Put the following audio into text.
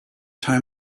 time